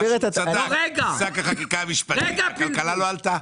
במשהו צדקת שק החקיקה המשפטית הכלכלה לא עלתה.